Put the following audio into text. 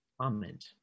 comment